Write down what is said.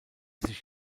sich